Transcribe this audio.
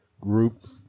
group